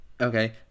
okay